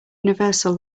universal